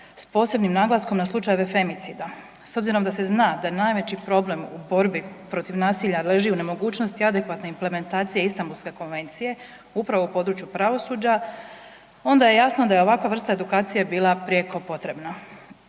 s posebnim naglaskom na slučajeve femicida. S obzirom da se zna da najveći problem u borbi protiv nasilja leži u nemogućnosti adekvatne implementacije Istambulske konvencije upravo u području pravosuđa onda je jasno da je ovakva vrsta edukacije bila prijeko potrebna.